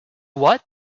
what